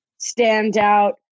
standout